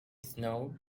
snowed